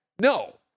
no